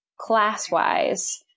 class-wise